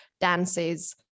dances